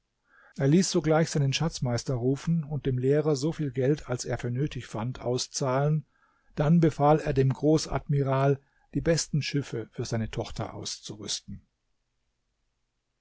er ließ sogleich seinen schatzmeister rufen und dem lehrer so viel geld als er für nötig fand auszahlen dann befahl er dem großadmiral die besten schiffe für seine tochter auszurüsten